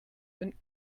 een